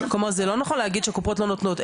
כלומר זה לא נכון להגיד שהקופות לא נותנות.